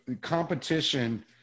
competition